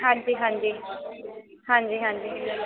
ਹਾਂਜੀ ਹਾਂਜੀ